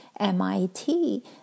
MIT